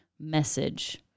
message